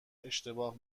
اشتباه